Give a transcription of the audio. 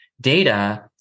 data